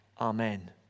Amen